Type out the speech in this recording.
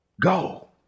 go